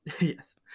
Yes